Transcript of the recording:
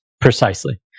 Precisely